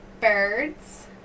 Birds